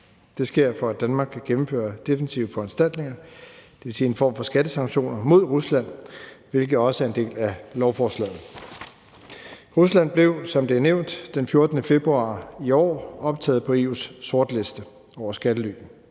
Det sker, for at Danmark kan gennemføre defensive foranstaltninger, dvs. en form for skattesanktioner mod Rusland, hvilket også er en del af lovforslaget. Rusland blev, som det er nævnt, den 14. februar i år optaget på EU's sortliste over skattelylande.